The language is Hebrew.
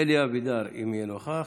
אלי אבידר, אם יהיה נוכח,